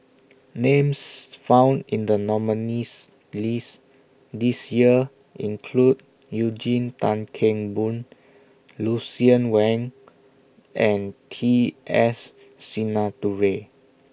Names found in The nominees' list This Year include Eugene Tan Kheng Boon Lucien Wang and T S Sinnathuray